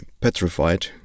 petrified